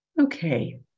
Okay